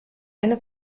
eine